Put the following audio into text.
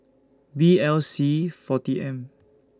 B L C forty M